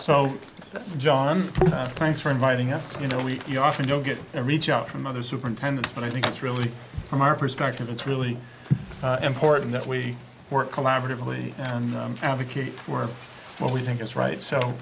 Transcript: so john thanks for inviting us you know we often go get a reach out from other superintendents but i think it's really from our perspective it's really important that we work collaboratively and advocate for what we think is right so